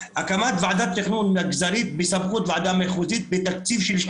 אני מבקש מכל אחד ואחד שיש לו את זכות הדיבור בהתאם לנהלים,